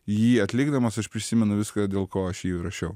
jį atlikdamas aš prisimenu viską dėl ko aš jį įrašiau